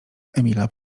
emila